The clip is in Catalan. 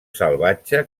salvatge